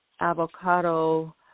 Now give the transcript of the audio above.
avocado